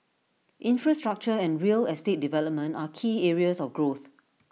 infrastructure and real estate development are key areas of growth